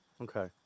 okay